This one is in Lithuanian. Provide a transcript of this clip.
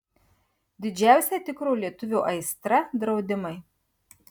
didžiausia tikro lietuvio aistra draudimai